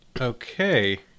Okay